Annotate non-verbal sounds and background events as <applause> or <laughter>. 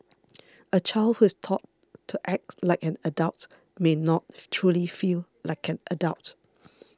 a child who is taught to act like an adult may not <noise> truly feel like an adult